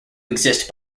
exist